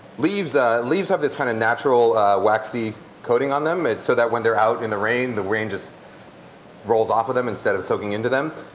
leaves ah leaves have this kind of natural waxy coating on them so that when they're out in the rain the rain just rolls off of them instead of soaking into them.